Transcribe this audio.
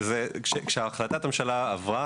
כשהחלטת הממשלה עברה,